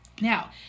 Now